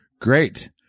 Great